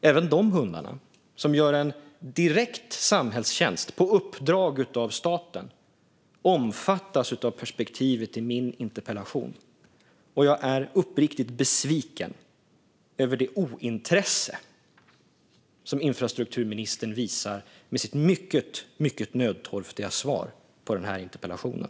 Även dessa hundar, som gör en direkt samhällstjänst på uppdrag av staten, omfattas av perspektivet i min interpellation. Jag är uppriktigt besviken över det ointresse som infrastrukturministern visar med sitt mycket, mycket nödtorftiga svar på interpellationen.